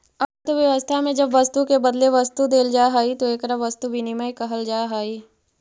अर्थव्यवस्था में जब वस्तु के बदले वस्तु देल जाऽ हई तो एकरा वस्तु विनिमय कहल जा हई